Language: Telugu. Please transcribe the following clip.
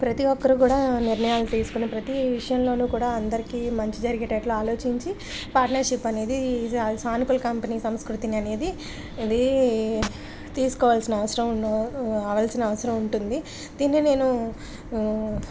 ప్రతి ఒక్కరూ కూడా నిర్ణయాలు తీసుకుని ప్రతి విషయంలోనూ కూడా అందరికీ మంచి జరిగేటట్లా ఆలోచించి పార్ట్నర్షిప్ అనేది సానుకుల కంపెనీ సంస్కృతిని అనేది ఇది తీసుకోవాల్సిన అవసరం ఉ అవాల్సిన అవసరం ఉంటుంది దిన్ని నేను